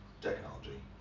technology